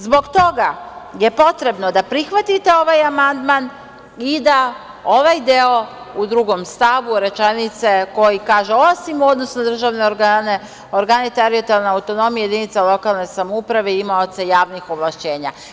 Zbog toga je potrebno da prihvatite ovaj amandman i da ovaj deo u drugom stavu rečenice koji kaže: „osim u odnosu na državne organe, organe teritorijalne autonomije jedinica lokalne samouprave i imaoca javnih ovlašćenja“